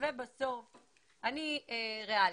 אני ריאלית,